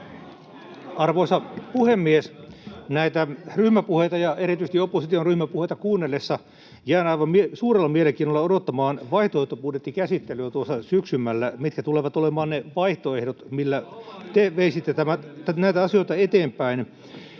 Arvoisa puhemies! Näitä ryhmäpuheita ja erityisesti opposition ryhmäpuheita kuunnellessa jään aivan suurella mielenkiinnolla odottamaan vaihtoehtobudjettikäsittelyä tuossa syksymmällä: mitkä tulevat olemaan ne vaihtoehdot, millä te veisitte näitä asioita eteenpäin?